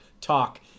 talk